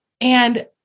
And-